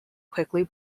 quickly